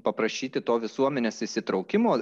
paprašyti to visuomenės įsitraukimo